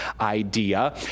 idea